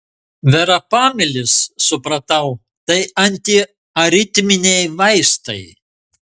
verapamilis supratau tai antiaritminiai vaistai